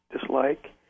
dislike